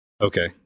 Okay